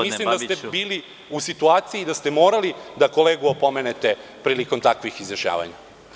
Mislim da ste bili u situaciji da ste morali da opomenete kolegu prilikom takvih izjašnjavanja.